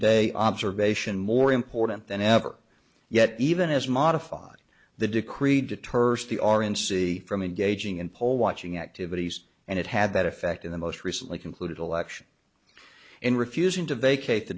day observation more important than ever yet even as modified the decree deters the are in c from engaging in poll watching activities and it had that effect in the most recently concluded election in refusing to vacate the